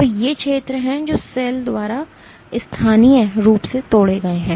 तो ये क्षेत्र हैं जो सेल द्वारा स्थानीय रूप से तोड़े गए हैं